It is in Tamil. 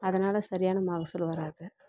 அதனால் சரியான மகசூல் வராது